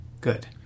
Good